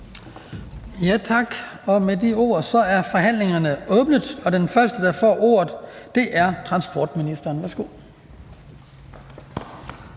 Tak. Med de ord er forhandlingen åbnet, og den første, der får ordet, er transportministeren. Værsgo.